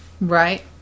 Right